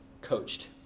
coached